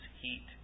heat